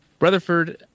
Brotherford